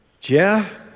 Jeff